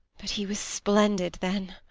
but he was splendid then.